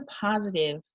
positive